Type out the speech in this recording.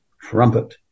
trumpet